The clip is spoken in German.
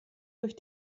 durch